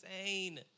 insane